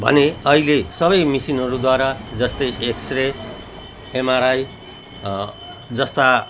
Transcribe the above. भने अहिले सबै मसिनहरूद्वारा जस्तै एक्सरे एमआरआई जस्ता